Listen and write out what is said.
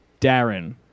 Darren